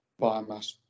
biomass